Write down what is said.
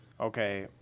okay